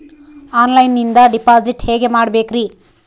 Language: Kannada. ಆನ್ಲೈನಿಂದ ಡಿಪಾಸಿಟ್ ಹೇಗೆ ಮಾಡಬೇಕ್ರಿ?